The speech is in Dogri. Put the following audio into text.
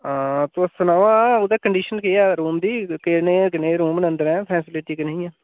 हां तुस सनाओ हा ओह्दे कंडीशन केह् ऐ रूम दी कनेह् कनेह् रूम न अंदरै फैसिलिटी कनेही ऐ